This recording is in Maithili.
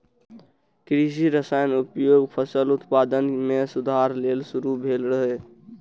कृषि रसायनक उपयोग फसल उत्पादन मे सुधार लेल शुरू भेल रहै